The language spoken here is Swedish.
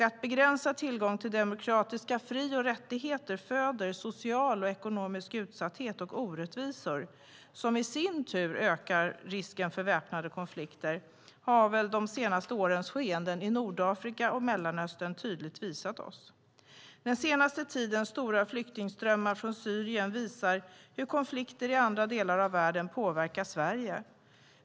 Att begränsad tillgång till demokratiska fri och rättigheter föder social och ekonomisk utsatthet och orättvisor, som i sin tur ökar risken för väpnade konflikter, har de senaste årens skeenden i Nordafrika och Mellanöstern tydligt visat oss. Den senaste tidens stora flyktingströmmar från Syrien visar hur konflikter i andra delar av världen påverkar Sverige.